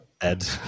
Ed